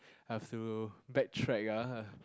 I've to back track ya